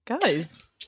Guys